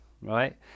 right